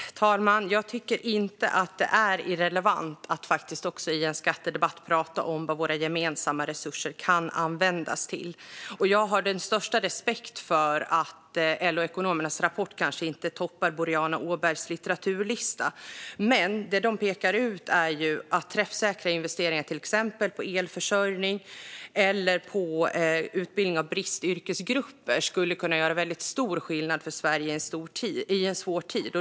Herr talman! Jag tycker inte att det är irrelevant att i en skattedebatt tala om vad våra gemensamma resurser kan användas till. Jag har den största respekt för att LO-ekonomernas rapport kanske inte toppar Boriana Åbergs litteraturlista. Det de pekar ut är att träffsäkra investeringar på till exempel elförsörjning eller utbildning för bristyrkesgrupper skulle kunna göra väldigt stor skillnad för Sverige i en svår tid.